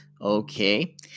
Okay